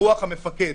"רוח המפקד".